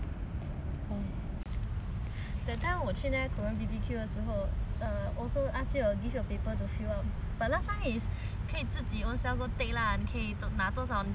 that time 我去那个 korean B_B_Q 的时候 err also ask you give you a paper to fill up but last time it's 可以自己 own self go take lah 可以拿多少你自己喜欢 lah but now because 这个